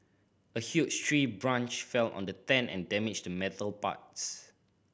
a huge tree branch fell on the tent and damaged the metal parts